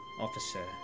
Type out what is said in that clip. Officer